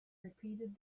repeated